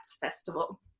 festival